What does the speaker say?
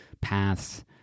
paths